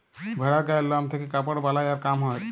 ভেড়ার গায়ের লম থেক্যে কাপড় বালাই আর কাম হ্যয়